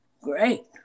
great